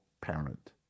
parent